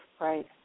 right